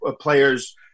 players